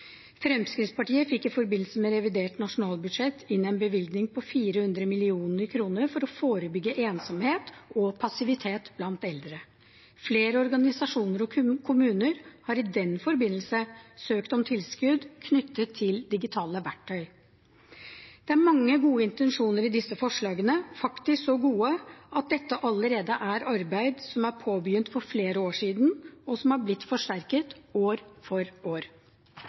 Fremskrittspartiet fikk i forbindelse med revidert nasjonalbudsjett inn en bevilgning på 400 mill. kr for å forebygge ensomhet og passivitet blant eldre. Flere organisasjoner og kommuner har i den forbindelse søkt om tilskudd knyttet til digitale verktøy. Det er mange gode intensjoner i disse forslagene, faktisk så gode at dette er arbeid som allerede er påbegynt for flere år siden, og som har blitt forsterket år for år.